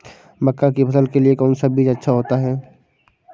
मक्का की फसल के लिए कौन सा बीज अच्छा होता है?